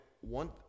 one